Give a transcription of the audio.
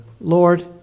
Lord